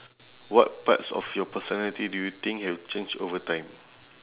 what parts of your personality do you think have changed over time